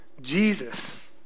Jesus